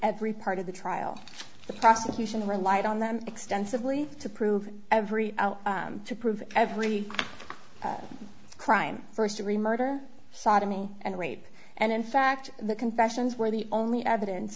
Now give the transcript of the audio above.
every part of the trial the prosecution relied on them extensively to prove every to prove every crime first degree murder sodomy and rape and in fact the confessions were the only evidence